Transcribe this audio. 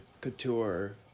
couture